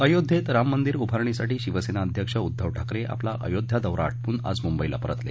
अयोध्येत राम मंदिर उभारणीसाठी शिवसेना अध्यक्ष उद्वव ठाकरे आपला अयोध्या दौरा आटोपून आज मुंबईला परतले